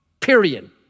period